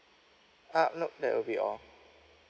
uh nope that will be all